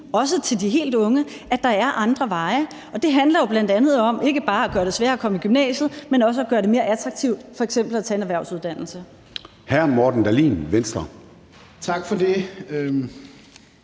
også til de helt unge, at der er andre veje. Og det handler jo bl.a. om ikke bare at gøre det sværere at komme i gymnasiet, men også at gøre det mere attraktivt f.eks. at tage en erhvervsuddannelse.